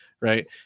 right